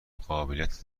قابلیت